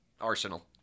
Arsenal